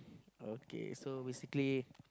okay so basically